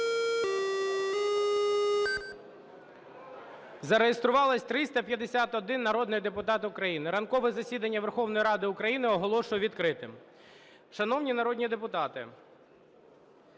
Зареєструвалися 351 народний депутат України. Ранкове засідання Верховної Ради України оголошую відкритим. Шановні народні депутати,